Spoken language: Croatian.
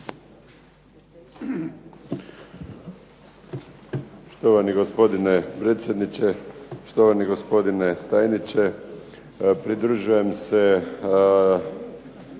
Štovani gospodine predsjedniče, štovani gospodine tajniče. Pridružujem se